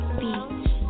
beach